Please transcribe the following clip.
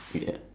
yeah